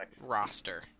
roster